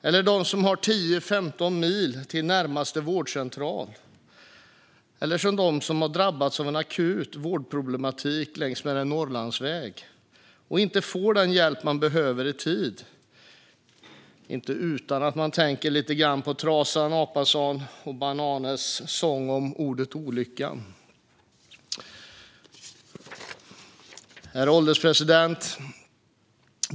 Tänk dig de som har 10-15 mil till närmaste vårdcentral eller de som drabbats av en akut vårdproblematik längs med en Norrlandsväg och inte får den hjälp de behöver i tid. Det är inte utan att man tänker lite på Trazan Apanssons och Banarnes sång om ordet "olyckan". Herr ålderspresident!